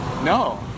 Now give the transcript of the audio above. no